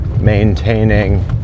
maintaining